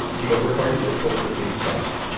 you know, regarding the covert incest,